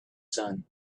son